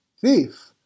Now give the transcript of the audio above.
Thief